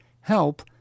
help